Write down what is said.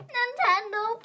Nintendo